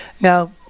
Now